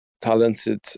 talented